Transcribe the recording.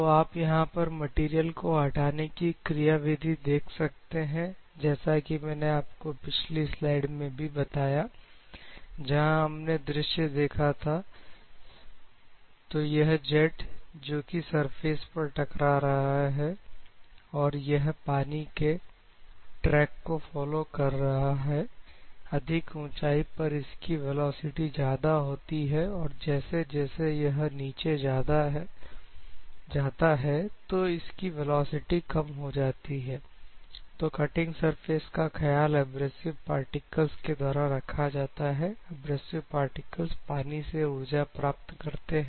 तो आप यहां पर मटेरियल को हटाने की क्रिया विधि देख सकते हैं जैसा कि मैंने आपको पिछली स्लाइड में भी बताया जहां हमने दृश्य देखा था तो यह जेट जो कि सरफेस पर टकरा रहा है और यह पानी के ट्रैक को फॉलो कर रहा है अधिक ऊंचाई पर इसकी वेलोसिटी ज्यादा होती है और जैसे जैसे यह नीचे जाता है तो इसकी वेलोसिटी कम हो जाती है तो कटिंग सरफेस का ख्याल एब्रेसिव पार्टिकल्स के द्वारा रखा जाता है एब्रेसिव पार्टिकल्स पानी से ऊर्जा प्राप्त करते हैं